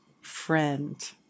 friend